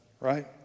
Right